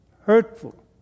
hurtful